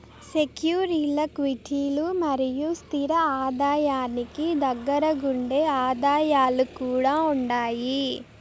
సెక్యూరీల్ల క్విటీలు మరియు స్తిర ఆదాయానికి దగ్గరగుండే ఆదాయాలు కూడా ఉండాయి